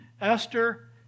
Esther